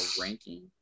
ranking